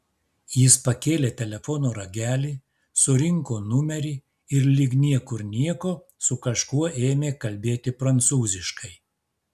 jis pakėlė telefono ragelį surinko numerį ir lyg niekur nieko su kažkuo ėmė kalbėti prancūziškai